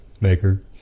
Maker